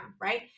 right